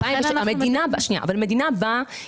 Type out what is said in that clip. המדינה באה